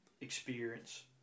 experience